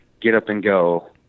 get-up-and-go